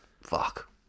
fuck